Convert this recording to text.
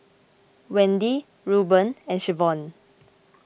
Wendi Reuben and Shavonne